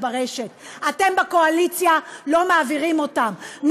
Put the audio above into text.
ברשת אתם הקואליציה לא מעבירים אותן,